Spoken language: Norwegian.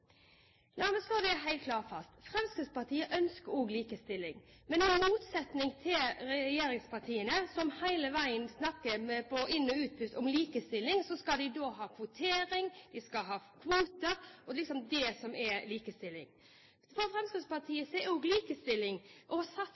regjeringspartiene, som hele veien snakker på inn- og utpust om likestilling – de skal ha kvotering, de skal ha kvoter, og det er liksom det som er likestilling – så er også likestilling for Fremskrittspartiet å satse